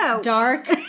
dark